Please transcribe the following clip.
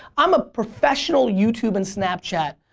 i'm a professional youtube and snapchat.